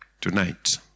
Tonight